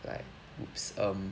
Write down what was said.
like !oops! um